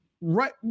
right